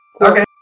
Okay